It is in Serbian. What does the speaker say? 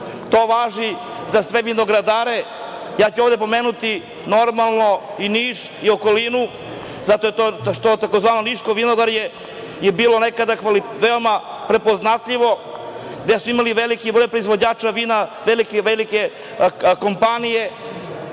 to važi za sve vinogradare. Ja ću ovde pomenuti i Niš i okolinu, zato što je to tzv. niško vinogorje bilo nekada veoma prepoznatljivo, gde su imali veliki broj proizvođača vina, velike kompanije